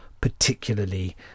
particularly